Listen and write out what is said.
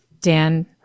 Dan